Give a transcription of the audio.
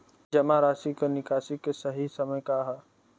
जमा राशि क निकासी के सही समय का ह?